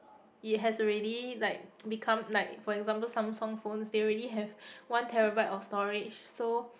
it has already like become like for example Samsung phones they already have one terabyte of storage so